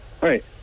Right